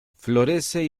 florece